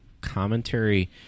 commentary